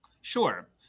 Sure